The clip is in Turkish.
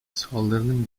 saldırının